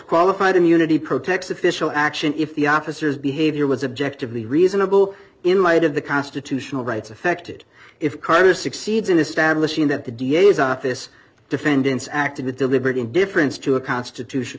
qualified immunity protects official action if the opposite behavior was objective be reasonable in light of the constitutional rights affected if carter succeeds in establishing that the da is this defendant's acted with deliberate indifference to a constitution